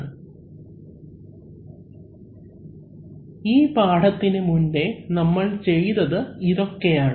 അവലംബിക്കുന്ന സ്ലൈഡ് സമയം 0025 ഈ പാഠത്തിന് മുന്നേ നമ്മൾ ചെയ്തത് ഇതൊക്കെയാണ്